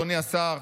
אדוני השר: